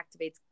activates